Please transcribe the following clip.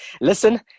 Listen